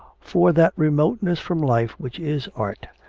for that remoteness from life which is art,